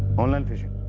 online fishing?